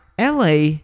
LA